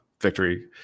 Victory